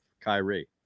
Kyrie